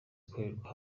ikorerwa